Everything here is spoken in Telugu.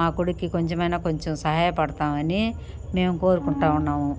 మా కొడుక్కి కొంచెమయిన కొంచెం సహాయపడతామని మేము కోరుకుంటా ఉన్నాము